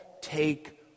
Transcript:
take